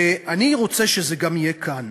ואני רוצה שזה גם יהיה כאן.